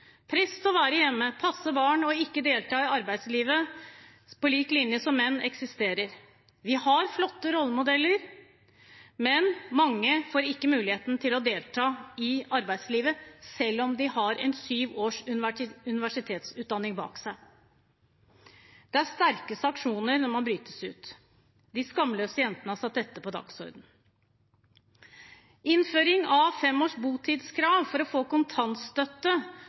press på å være hjemme, passe barn og ikke delta i arbeidslivet på lik linje med menn. Vi har flotte rollemodeller, men mange får ikke muligheten til å delta i arbeidslivet selv om de har syv års universitetsutdanning bak seg. Det er sterke sanksjoner når man bryter ut. «De skamløse jentene» har satt dette på dagsordenen. Innføring av fem års botidskrav for å få kontantstøtte